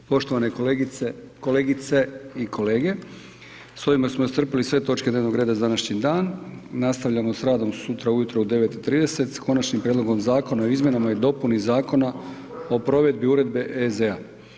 Poštovane kolegice i kolege, s ovime smo iscrpili sve točke dnevnog reda za današnji dan, nastavljamo s radom sutra ujutro i 9 i 30 s Konačnim prijedlogom zakona o izmjenama i dopuni Zakona o provedbi Uredbe EZ-a.